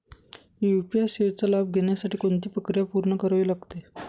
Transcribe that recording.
UPI सेवेचा लाभ घेण्यासाठी कोणती प्रक्रिया पूर्ण करावी लागते?